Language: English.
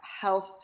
health